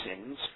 sins